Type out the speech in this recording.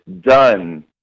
done